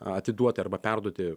atiduoti arba perduoti